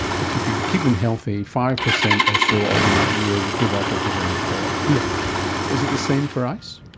if you could keep them healthy, five percent or so of them a year would give up of their own accord. yeah is it the same for ice?